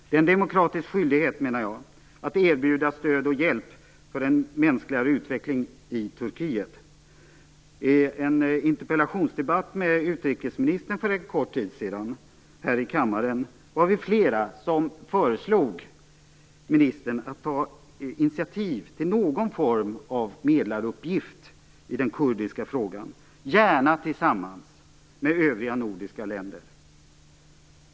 Det är en demokratisk skyldighet, menar jag, att erbjuda stöd och hjälp för en mänskligare utveckling i Turkiet. I en interpellationsdebatt med utrikesministern för en kort tid sedan här i kammaren var vi flera som föreslog ministern att ta initiativ till någon form av medlaruppgift i den kurdiska frågan, gärna tillsammans med övriga nordiska länder.